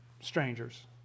strangers